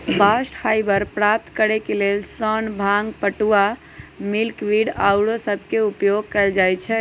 bast fibre प्राप्त करेके लेल सन, भांग, पटूआ, मिल्कवीड आउरो सभके उपयोग कएल जाइ छइ